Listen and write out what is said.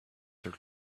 their